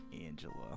Angela